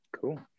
cool